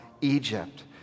Egypt